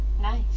Nice